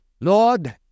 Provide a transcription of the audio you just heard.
Lord